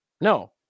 No